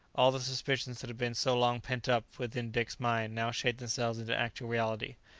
all the suspicions that had been so long pent up within dick's mind now shaped themselves into actual reality.